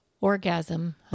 orgasm